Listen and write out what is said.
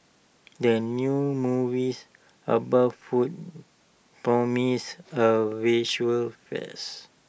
the new movies about food promises A visual fess